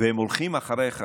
והם הולכים אחריך